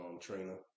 trainer